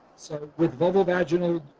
so with vaginal vaginal